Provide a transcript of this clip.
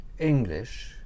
English